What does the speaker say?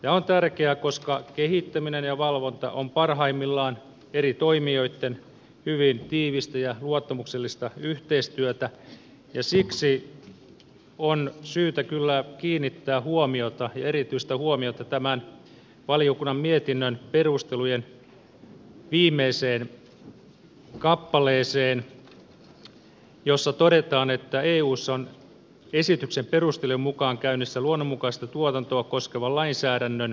tämä on tärkeää koska kehittäminen ja valvonta ovat parhaimmillaan eri toimijoitten hyvin tiivistä ja luottamuksellista yhteistyötä ja siksi on syytä kyllä kiinnittää huomiota erityistä huomiota tämän valiokunnan mietinnön perustelujen viimeiseen kappaleeseen jossa todetaan että eussa on esityksen perustelujen mukaan käynnissä luonnonmukaista tuotantoa koskevan lainsäädännön kokonaisuudistus